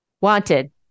wanted